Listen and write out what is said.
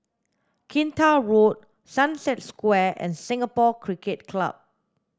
Kinta Road Sunset Square and Singapore Cricket Club